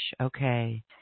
Okay